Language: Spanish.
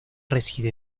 reside